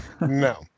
No